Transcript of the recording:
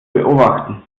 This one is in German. beobachten